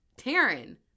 Taryn